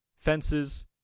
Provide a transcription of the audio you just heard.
Fences